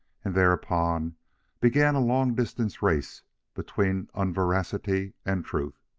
and thereupon began a long-distance race between unveracity and truth,